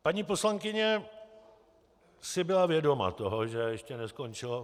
Paní poslankyně si byla vědoma toho, že ještě neskončilo...